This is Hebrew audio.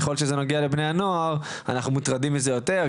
ככל שזה נוגע לבני הנוער אנחנו מוטרדים מזה יותר,